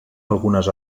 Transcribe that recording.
algunes